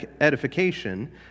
edification